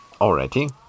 Alrighty